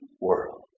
world